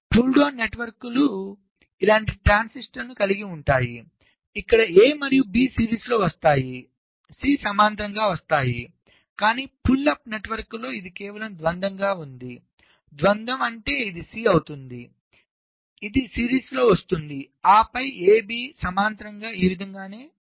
pull down నెట్వర్క్లు ఇలాంటి ట్రాన్సిస్టర్లను కలిగి ఉంటాయి ఇక్కడ a మరియు b సిరీస్లలో వస్తాయి c సమాంతరంగా వస్తాయికానీ పుల్ అప్ నెట్వర్క్లలో ఇది కేవలం ద్వంద్వంగా ఉంటుంది ద్వంద్వ అంటే ఇది c అవుతుంది ఇది సిరీస్లో వస్తుంది ఆపై a b సమాంతరంగా ఈ విధముగా నే వస్తుంది